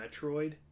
Metroid